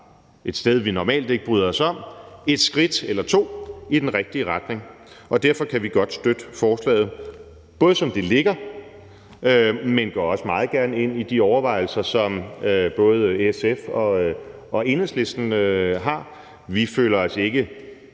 et sted, vi normalt ikke bryder os om, et skridt eller to i den rigtige retning, og derfor kan vi godt støtte forslaget, både som det ligger, men vi går også meget gerne ind i de overvejelser, som både SF og Enhedslisten har. Vi føler os nok